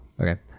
Okay